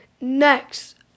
Next